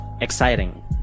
exciting